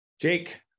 Jake